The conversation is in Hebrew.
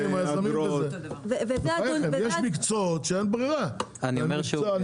יש מקצועות שאין ברירה אלא לשלם.